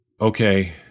Okay